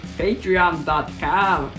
patreon.com